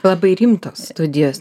labai rimtos studijos